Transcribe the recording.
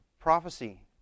prophecy